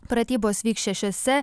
pratybos vyks šešiose